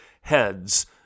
heads